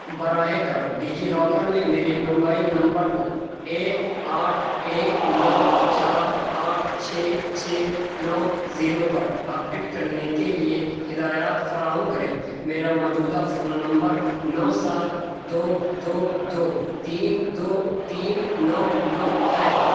براہ کرم DigiLocker میں میرے موبائل نمبر کو ایک آٹھ ایک نو چار آٹھ چھ چھ نو زیرو پر اپڈیٹ کرنے کے لیے ہدایات فراہم کریں میرا موجودہ فون نمبر نو سات دو دو دو تین دو تین نو نو ہے